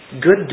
good